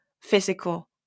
physical